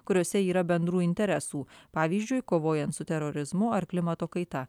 kuriose yra bendrų interesų pavyzdžiui kovojant su terorizmu ar klimato kaitą